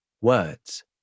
Words